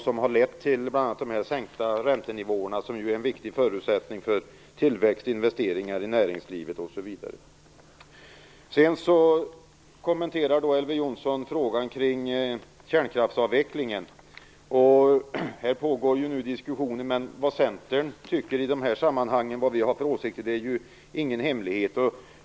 Det har lett bl.a. till sänkta räntenivåer, något som är en viktig förutsättning för tillväxt, investeringar i näringslivet osv. Elver Jonsson kommenterade kärnkraftsavvecklingen. Där pågår ju nu diskussioner. Vad Centern har för åsikter i dessa sammanhang är ingen hemlighet.